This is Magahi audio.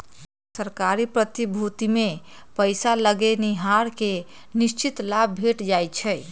सरकारी प्रतिभूतिमें पइसा लगैनिहार के निश्चित लाभ भेंट जाइ छइ